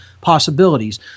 possibilities